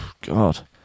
God